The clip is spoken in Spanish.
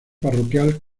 parroquial